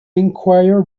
enquire